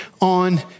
on